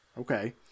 Okay